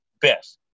best